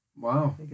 Wow